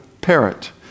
parrot